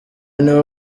nibo